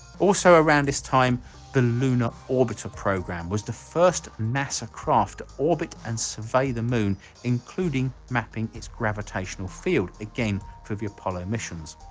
also around his time the lunar orbiter program was the first nasa craft orbit and survey the moon including mapping its gravitational field again for the apollo missions.